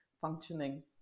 functioning